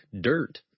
dirt